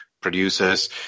producers